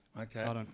Okay